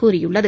கூறியுள்ளது